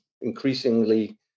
increasingly